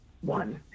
one